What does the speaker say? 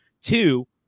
Two